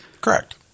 correct